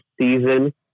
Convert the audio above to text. season